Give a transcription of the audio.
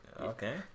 Okay